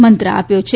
મંત્ર આપ્યો છે